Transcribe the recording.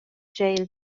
jail